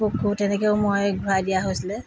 পোকবোৰ তেনেকৈও মই ঘূৰাই দিয়া হৈছিলে